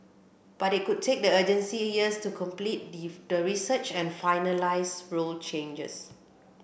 but it could take the agency years to complete the research and finalise rule changes